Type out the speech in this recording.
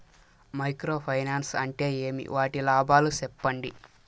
Micro finance అంటే ఏమి? వాటి లాభాలు సెప్పండి?